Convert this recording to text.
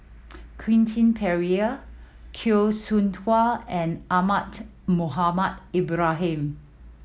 Quentin Pereira Teo Soon Tua and Ahmad Mohamed Ibrahim